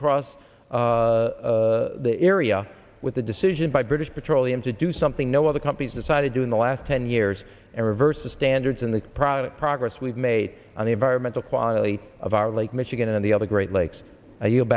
across the area with the decision by british petroleum to do something no other companies decide to do in the last ten years and reverse the standards in the product progress we've made on the environmental quality of our lake michigan and the other great lakes are you